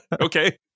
okay